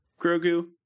Grogu